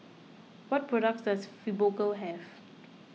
what products does Fibogel have